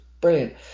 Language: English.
brilliant